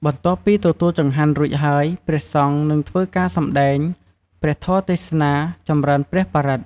បន្ទាប់ពីទទួលចង្ហាន់រួចហើយព្រះសង្ឃនិងធ្វើការសម្តែងព្រះធម៍ទេសនា ចំរើនព្រះបរិត្ត។